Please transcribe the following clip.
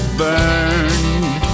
burned